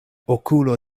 okulo